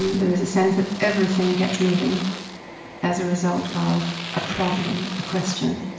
and there's a sense that everything gets moving as a result of a problem, a question.